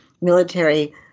military